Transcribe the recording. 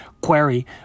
Query